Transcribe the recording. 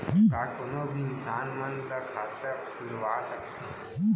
का कोनो भी इंसान मन ला खाता खुलवा सकथे?